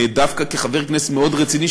דווקא כחבר כנסת מאוד רציני,